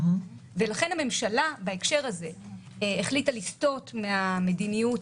לכן הממשלה בהקשר הזה החליטה לסטות מן המדיניות